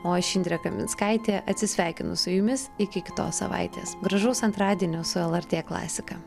o aš indrė kaminskaitė atsisveikinu su jumis iki kitos savaitės gražaus antradienio su lrt klasika